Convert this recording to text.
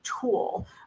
tool